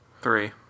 Three